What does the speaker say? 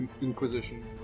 Inquisition